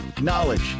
knowledge